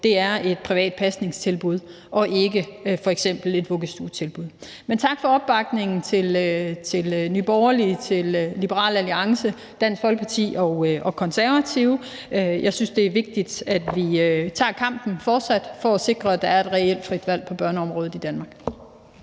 for, er et privat pasningstilbud og f.eks. ikke et vuggestuetilbud. Men tak for opbakningen til Nye Borgerlige, Liberal Alliance, Dansk Folkeparti og Konservative. Jeg synes, det er vigtigt, at vi fortsat tager kampen for at sikre, at der er et reelt frit valg på børneområdet i Danmark.